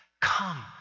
come